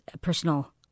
personal